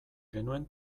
genuen